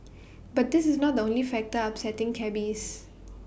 but this is not the only factor upsetting cabbies